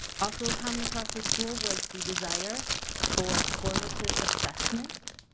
also common across the school was the desire for formative assessment.